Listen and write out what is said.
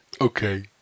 Okay